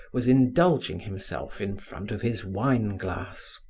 was indulging himself in front of his wine glass.